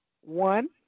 One